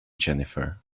jennifer